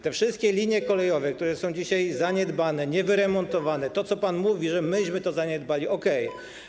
Te wszystkie linie kolejowe, które są dzisiaj zaniedbane, niewyremontowane, to, o czym pan mówi, że my to zaniedbaliśmy - okej.